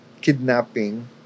kidnapping